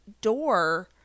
door